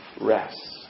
Rest